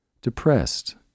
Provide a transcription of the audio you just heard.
depressed